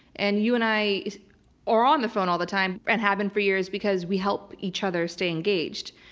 and you and i are on the phone all the time and have been for years, because we help each other stay engaged.